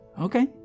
Okay